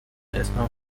اسمم